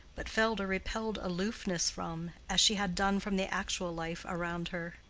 but felt a repelled aloofness from, as she had done from the actual life around her.